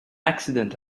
accident